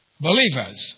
believers